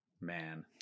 man